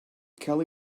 kelly